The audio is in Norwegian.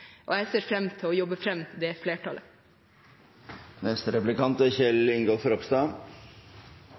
for. Jeg ser fram til å jobbe fram det flertallet. Vi er